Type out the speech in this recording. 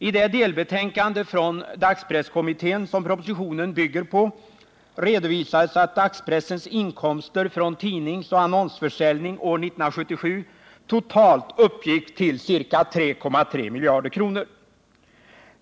I det delbetänkande från dagspresskommittén som propositionen bygger på redovisades att dagspressens inkomster från tidningsoch annonsförsäljning år 1977 totalt uppgick till ca 3,3 miljarder kronor.